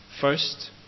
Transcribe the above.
First